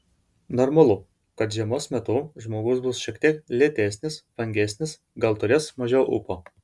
normalu kad žiemos metu žmogus bus šiek tiek lėtesnis vangesnis gal turės mažiau ūpo